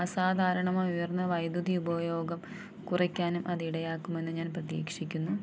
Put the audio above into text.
അസാധാരണമായി ഉയർന്ന വൈദ്യുതി ഉപയോഗം കുറക്കാനും അത് ഇടയാക്കുമെന്ന് ഞാൻ പ്രതീക്ഷിക്കുന്നു